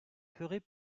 ferait